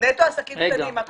נטו עסקים קטנים?